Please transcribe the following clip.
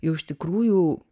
jau iš tikrųjų